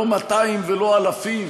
לא 200 ולא אלפים,